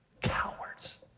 Cowards